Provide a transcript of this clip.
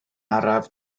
araf